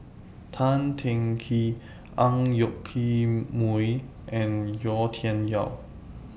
Tan Teng Kee Ang Yoke Mooi and Yau Tian Yau